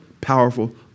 powerful